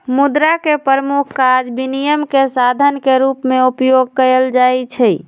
मुद्रा के प्रमुख काज विनिमय के साधन के रूप में उपयोग कयल जाइ छै